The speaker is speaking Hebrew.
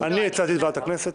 אני הצעתי את ועדת הכנסת.